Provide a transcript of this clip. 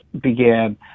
began